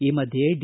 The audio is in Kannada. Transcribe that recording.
ಈ ಮಧ್ಯೆ ಡಿ